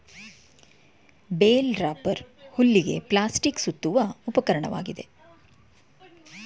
bale wrapper ಹುಲ್ಲಿಗೆ plastic ಸುತ್ತುವ ಉಪಕರಣವಾಗಿದೆ